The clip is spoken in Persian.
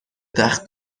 تخت